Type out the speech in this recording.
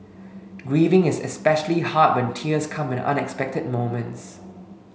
grieving is especially hard when tears come at unexpected moments